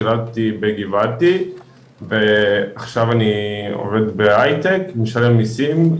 שירתי בגבעתי ועכשיו אני עובד בהייטק ואני משלם מיסים,